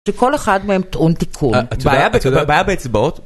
שכל אחד מהם טעון תיקון, את יודעת... את יודעת... בעיה באצבעות?